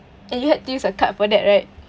and you had to use a card for that right